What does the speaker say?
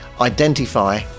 identify